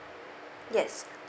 yes